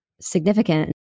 significant